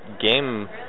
game